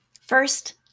First